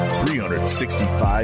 365